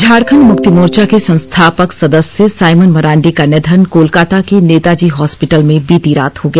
झारखण्ड मुक्ति मोर्चा के संस्थापक सदस्य साइमन मरांडी का निधन कोलकाता के नेताजी हॉस्पीटल में बीती रात हो गया